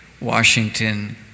Washington